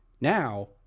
Now